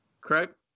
Correct